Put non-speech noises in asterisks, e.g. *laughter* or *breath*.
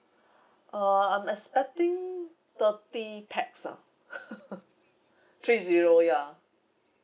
*breath* uh I'm expecting thirty pax ah *laughs* *breath* three zero ya